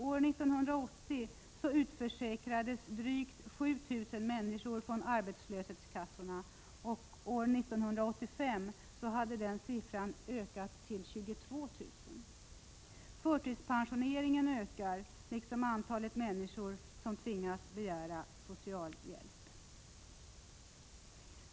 År 1980 utförsäkrades drygt 7 000 människor från arbetslöshetskassorna — år 1985 hade den siffran ökat till 22 000. Förtidspensioneringen ökar liksom antalet människor som tvingas begära socialhjälp.